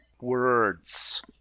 Words